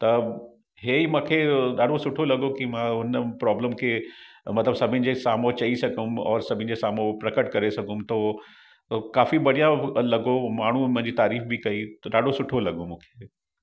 त हे मूंखे ॾाढो सुठो लॻो की मां उन प्रॉब्लम खे मतिलबु सभिनि जे साम्हूं चई सघियुमि और सभिनि जे साम्हूं उहो प्रकट करे सघियुमि तो काफ़ी बढ़िया लॻो माण्हूं मुंहिंजी तारीफ़ बि कई त ॾाढो सुठो लॻो मूंखे